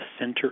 center